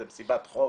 זו מסיבת חוף.